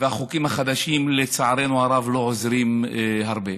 והחוקים החדשים, לצערנו הרב, לא עוזרים הרבה.